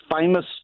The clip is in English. famous